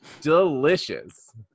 Delicious